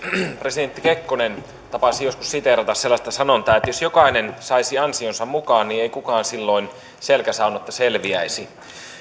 presidentti kekkonen tapasi joskus siteerata sellaista sanontaa että jos jokainen saisi ansionsa mukaan niin ei kukaan silloin selkäsaunatta selviäisi